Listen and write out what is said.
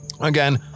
Again